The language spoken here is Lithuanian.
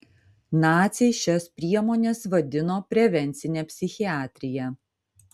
naciai šias priemones vadino prevencine psichiatrija